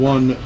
One